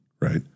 right